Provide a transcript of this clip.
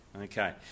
Okay